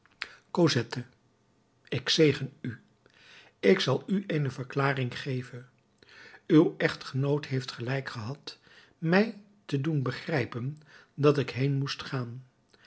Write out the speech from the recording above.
cosette ik zegen u ik zal u eene verklaring geven uw echtgenoot heeft gelijk gehad mij te doen begrijpen dat ik heen moest gaan